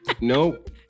Nope